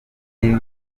iyo